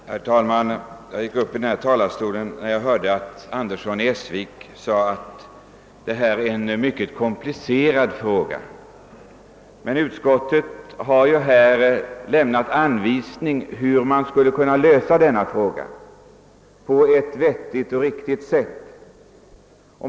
Herr talman! Jag begärde ordet när herr Andersson i Essvik sade att detta är en mycket komplicerad fråga. Men utskottet har ju lämnat anvisning om hur man skulle kunna lösa frågan på ett vettigt och riktigt sätt.